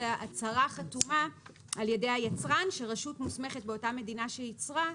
אלא הצהרה חתומה על ידי היצרן שרשות מוסמכת באותה מדינה שייצרה,